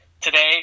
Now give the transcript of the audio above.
today